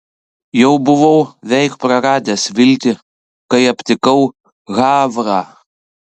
jau buvau veik praradęs viltį kai aptikau havrą